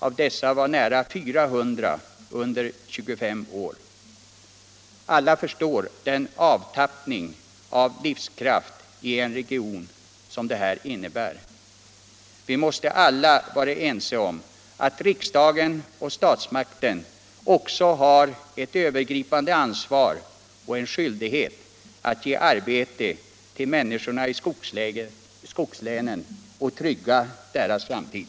Av dessa var nära 400 under 25 år. Alla förstår vilken avtappning av livskraften i en region detta innebär. Vi måste alla vara ense om att riksdagen och statsmakten också har ett övergripande ansvar och en skyldighet att ge arbete till människorna i skogslänen för att trygga deras framtid.